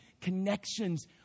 connections